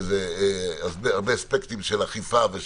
שזה הרבה אספקטים של אכיפה.